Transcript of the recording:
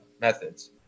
methods